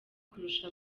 kurusha